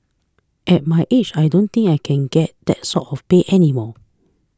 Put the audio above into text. at my age I don't think I can get that sort of pay any more